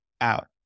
out